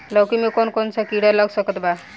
लौकी मे कौन कौन सा कीड़ा लग सकता बा?